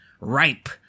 ripe